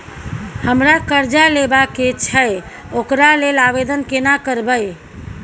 हमरा कर्जा लेबा के छै ओकरा लेल आवेदन केना करबै?